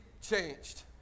changed